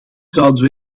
zouden